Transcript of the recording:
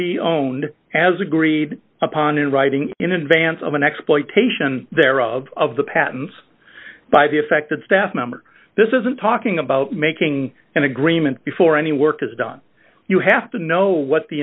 be owned as agreed upon in writing in advance of an exploitation thereof of the patents by the affected staff member this isn't talking about making an agreement before any work is done you have to know what the